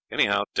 Anyhow